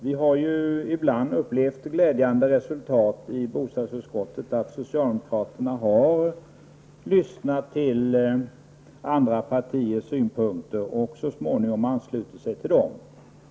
Vi har ju i bostadsutskottet glädjande nog ibland upplevt att socialdemokraterna har lyssnat till andra partiers synpunkter och så småningom anslutit sig till dem.